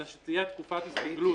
אלא שתהיה תקופת הסתגלות